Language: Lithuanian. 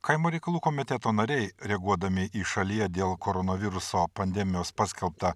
kaimo reikalų komiteto nariai reaguodami į šalyje dėl koronaviruso pandemijos paskelbtą